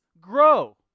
grow